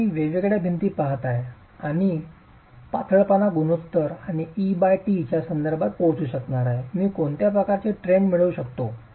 आता मी वेगवेगळ्या भिंती पहात आहे आणि पातळपणा गुणोत्तर आणि et च्या संदर्भात पोहोचू शकणार आहे मी कोणत्या प्रकारचे ट्रेंड मिळवू शकतो